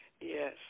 Yes